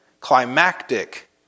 climactic